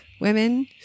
women